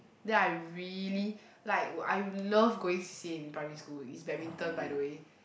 then I really like I love going to C_C_A in primary school it's badminton by the way